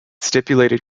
stipulated